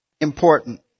important